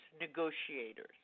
negotiators